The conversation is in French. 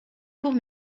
courts